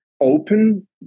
open